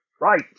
right